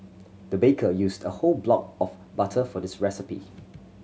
the baker used a whole block of butter for this recipe